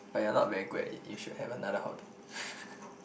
but you're not very good at it you should have another hobby